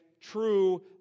true